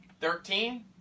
Thirteen